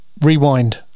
Rewind